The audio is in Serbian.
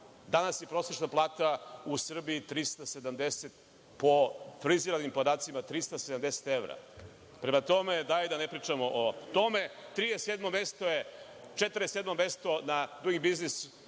danas je prosečna plata u Srbiji 370, po friziranim podacima, 370 evra. Prema tome, daj da ne pričamo o tome. Trideset sedmo mesto je, 47 mesto na dujing biznis